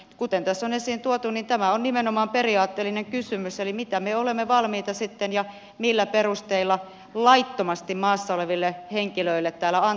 kuten tässä on esiin tuotu tämä on nimenomaan periaatteellinen kysymys eli mitä me olemme valmiita sitten ja millä perusteilla laittomasti maassa oleville henkilöille täällä antamaan